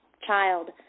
child